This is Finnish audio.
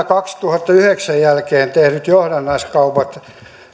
kaksituhattayhdeksän jälkeen tehdyt johdannaiskaupat